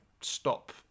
stop